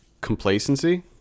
complacency